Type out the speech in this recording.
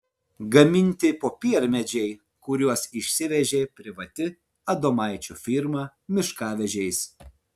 gaminti popiermedžiai kuriuos išsivežė privati adomaičio firma miškavežiais